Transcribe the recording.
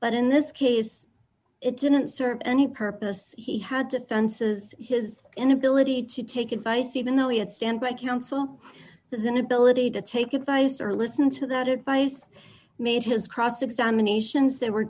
but in this case it didn't serve any purpose he had to fences his inability to take advice even though he had stand by counsel this inability to take advice or listen to that advice made his cross examinations there were